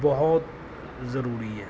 ਬਹੁਤ ਜ਼ਰੂਰੀ ਹੈ